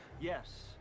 yes